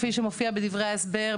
כפי שמופיע בגוף ההסבר,